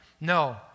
No